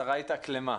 התאקלמה.